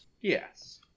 yes